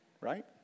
Right